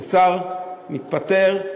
כששר מתפטר,